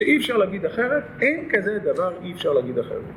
ואי אפשר להגיד אחרת, אין כזה דבר אי אפשר להגיד אחרת